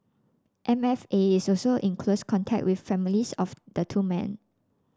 M F A is also in close contact with the families of the two men